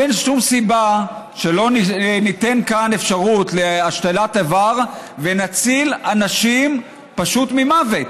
אין שום סיבה שלא ניתן כאן אפשרות להשתלת איבר ופשוט נציל אנשים ממוות.